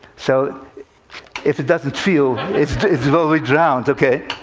so if it doesn't feel, it will be drowned, ok?